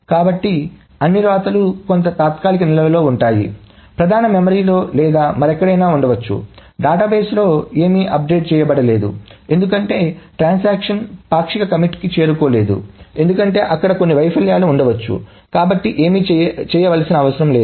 కాబట్టి అన్ని వ్రాతలు కొంత తాత్కాలిక నిల్వలో ఉంటాయి ప్రధాన మెమరీలో లేదా మరెక్కడైనా ఉండవచ్చు డేటాబేస్లో ఏమీ అప్డేట్ చేయబడలేదు ఎందుకంటే ట్రాన్సాక్షన్ పాక్షిక కమిట్కి చేరుకోలేదు ఎందుకంటే అక్కడ కొన్ని వైఫల్యాలు ఉండవచ్చు కాబట్టి ఏమీ చేయవలసిన అవసరం లేదు